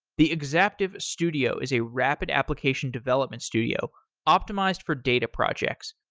the exaptive studio is a rapid application development studio optimized for data projects.